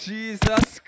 Jesus